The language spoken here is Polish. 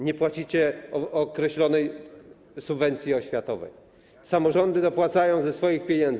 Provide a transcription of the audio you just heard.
Nie płacicie określonej subwencji oświatowej, samorządy dopłacają ze swoich pieniędzy.